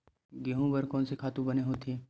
गेहूं बर कोन से खातु बने होथे?